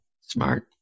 smart